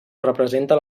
representa